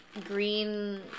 Green